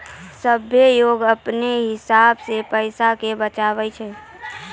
सभ्भे कोय अपनो हिसाब से पैसा के बचाबै छै